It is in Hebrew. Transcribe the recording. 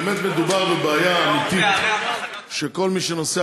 באמת מדובר בבעיה אמיתית של כל מי שנוסע